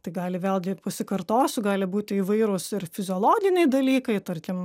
tai gali vėlgi pasikartosiu gali būti įvairūs ir fiziologiniai dalykai tarkim